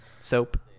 soap